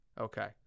Okay